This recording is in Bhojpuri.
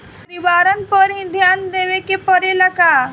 परिवारन पर भी ध्यान देवे के परेला का?